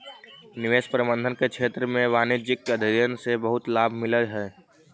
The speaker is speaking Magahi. निवेश प्रबंधन के क्षेत्र में वाणिज्यिक अध्ययन से बहुत लाभ मिलऽ हई